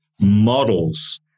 models